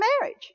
marriage